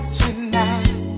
tonight